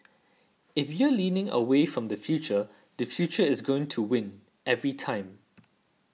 if you're leaning away from the future the future is gonna win every time